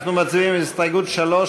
אנחנו מצביעים על הסתייגות 3,